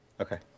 Okay